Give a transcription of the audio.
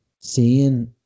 seeing